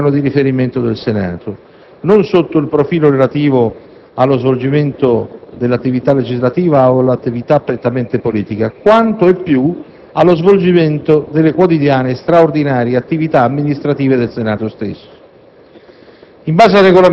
è il massimo organo di riferimento del Senato, non solo sotto il profilo relativo allo svolgimento dell'attività legislativa o all'attività prettamente politica, quanto e più allo svolgimento delle quotidiane e straordinarie attività amministrative del Senato stesso.